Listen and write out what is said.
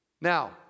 Now